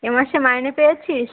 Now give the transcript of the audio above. এ মাসে মায়নে পেয়েছিস